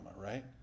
right